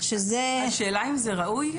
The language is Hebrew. השאלה אם זה ראוי?